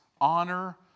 honor